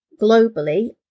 globally